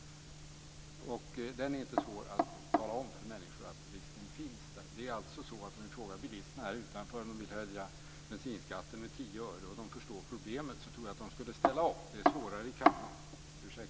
Det är inte svårt att tala om för människor att risken finns. Om vi frågar bilisterna här utanför kammaren om de vill höja bensinskatten med 10 öre och de förstår problemet tror jag att de skulle ställa upp. Det är svårare i kammaren.